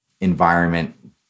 environment